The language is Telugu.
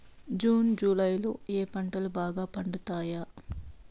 జూన్ జులై లో ఏ పంటలు బాగా పండుతాయా?